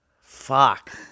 Fuck